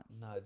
No